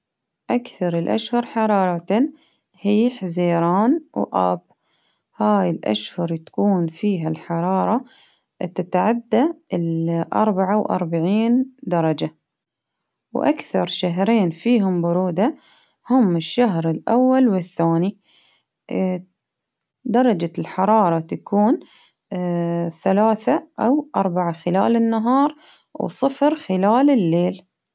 أكثر الأشهر حرارة هي حزيران وآب، هاي الأشهر تكون فيها الحرارة تتعدى الأربعة وأربعين درجة، وأكثر شهرين فيهم برودة هم الشهر الأول والثاني، درجة الحرارة تكون ثلاثة أو أربعة خلال النهار، وصفر خلال الليل.